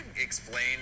explain